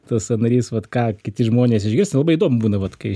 tas sąnarys vat ką kiti žmonės išgirsta labai įdomu būna vat kai